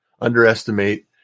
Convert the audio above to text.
underestimate